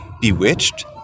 bewitched